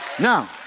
Now